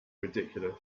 ridiculous